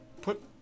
put